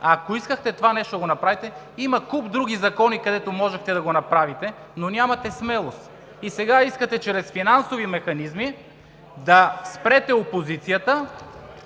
Ако искахте това нещо да го направите, има куп други закони, където можехте да го направите, но нямате смелост и сега искате чрез финансови механизми да спрете опозицията,